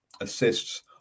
assists